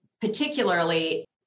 particularly